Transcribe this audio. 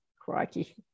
crikey